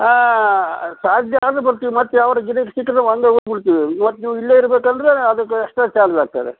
ಹಾಂ ಸಾಧ್ಯ ಆದರೆ ಬರ್ತೀವಿ ಮತ್ತು ಯಾವಾದ್ರು ಗಿರಾಕಿ ಸಿಕ್ಕರೆ ನಾವು ಹಂಗ ಹೋಗ್ಬಿಡ್ತೀವಿ ಮತ್ತು ನೀವು ಇಲ್ಲೇ ಇರ್ಬೇಕಂದ್ರೆ ಅದಕ್ಕೆ ಎಕ್ಸ್ಟ್ರಾ ಚಾರ್ಜ್ ಆಗ್ತದೆ